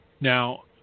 Now